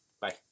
Bye